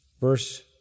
verse